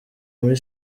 muri